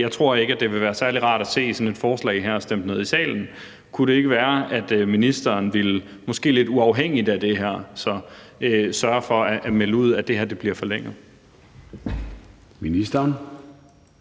jeg tror ikke, det vil være særlig rart at se sådan et forslag her stemt ned i salen. Kunne det ikke være, at ministeren – måske lidt uafhængigt af det her – så ville sørge for at melde ud, at det her bliver forlænget? Kl.